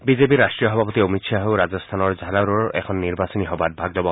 বিজেপিৰ ৰাষ্ট্ৰীয় সভাপতি অমিত শ্বাহেও ৰাজস্থানৰ জালুৰত এখন নিৰ্বাচনী সভাত ভাগ ল'ব